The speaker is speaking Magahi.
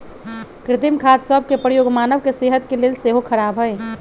कृत्रिम खाद सभ के प्रयोग मानव के सेहत के लेल सेहो ख़राब हइ